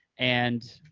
and,